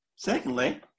Secondly